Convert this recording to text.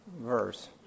verse